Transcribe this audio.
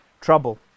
trouble